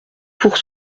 pour